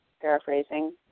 paraphrasing